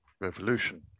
revolution